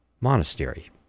Monastery